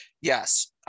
Yes